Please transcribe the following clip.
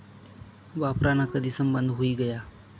वापरान कधीसन बंद हुई गया